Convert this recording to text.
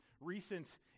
recent